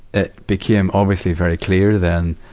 it became obviously very clear then,